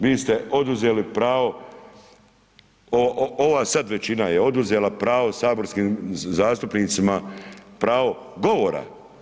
Vi ste oduzeli pravo, ova sad većina je oduzela pravo saborskim zastupnicima pravo govora.